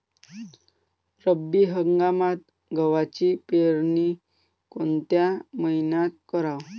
रब्बी हंगामात गव्हाची पेरनी कोनत्या मईन्यात कराव?